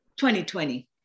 2020